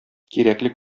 кирәкле